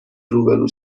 روبرو